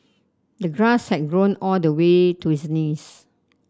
the grass had grown all the way to his knees